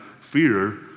fear